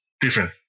different